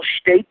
state